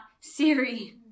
Siri